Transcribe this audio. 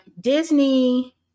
disney